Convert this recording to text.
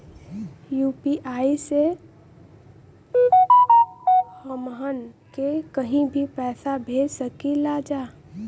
UPI से हमहन के कहीं भी पैसा भेज सकीला जा?